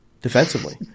defensively